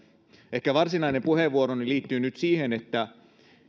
ehkä varsinainen puheenvuoroni liittyy nyt siihen että